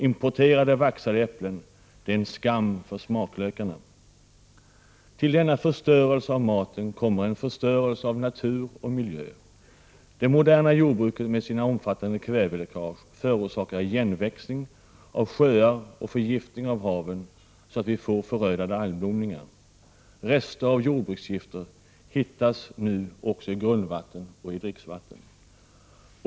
Importerade vaxade äpplen är en skam för smaklökarna. Till denna förstörelse av maten kommer en förstörelse av natur och miljö. Det moderna jordbruket med sina omfattande kväveläckage förorsakar igenväxning av sjöar och förgiftning av haven, så att vi får förödande algblomningar. Rester av jordbruksgifter hittas nu också i grundvatten och i dricksvatten.